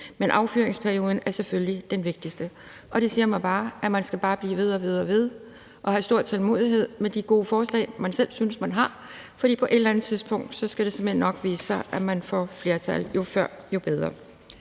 Men affyringsperioden er selvfølgelig den vigtigste. Det siger mig, at man bare skal blive ved og ved og have stor tålmodighed med de gode forslag, man selv synes man har, for på et eller andet tidspunkt skal det såmænd nok vise sig, at man får flertal – jo før, jo bedre.